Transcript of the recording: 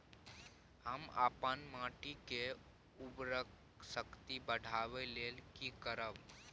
हम अपन माटी के उर्वरक शक्ति बढाबै लेल की करब?